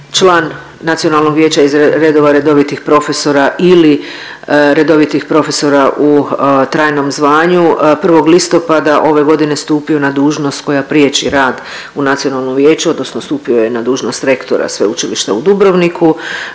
član nacionalnog vijeća iz redova redovitih profesora ili redovitih profesora ili redovitih profesora u trajnom zvanju, 1. listopada ove godine stupio na dužnost koja priječi rad u nacionalnom vijeću, odnosno stupio je na dužnost rektora Sveučilišta u Dubrovniku,